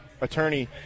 attorney